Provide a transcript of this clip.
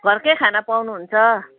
घरकै खाना पाउनुहुन्छ